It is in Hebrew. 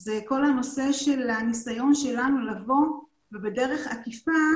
זה כל הנושא של הניסיון שלנו לבוא ובדרך עקיפה